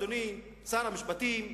אדוני שר המשפטים,